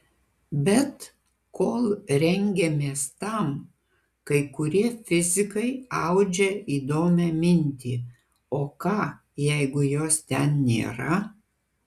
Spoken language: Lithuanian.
bet kol rengiamės tam kai kurie fizikai audžia įdomią mintį o ką jeigu jos ten nėra